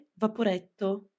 Vaporetto